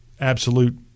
absolute